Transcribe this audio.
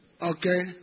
Okay